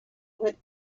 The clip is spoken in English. would